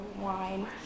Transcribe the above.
wine